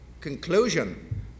conclusion